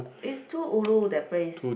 is too ulu that place